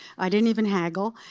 i didn't even haggle.